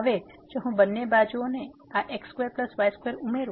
હવે જો હું બંને બાજુઓને આ x2y2 ઉમેરીશ